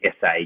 SA